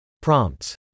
Prompts